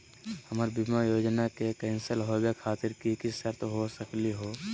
हमर बीमा योजना के कैन्सल होवे खातिर कि कि शर्त हो सकली हो?